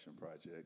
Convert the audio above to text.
project